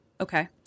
Okay